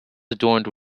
adorned